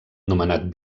nomenat